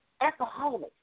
alcoholics